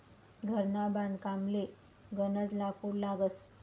घरना बांधकामले गनज लाकूड लागस